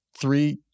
Three